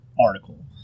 article